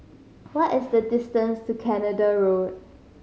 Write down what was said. what is the distance to Canada Road